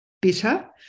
bitter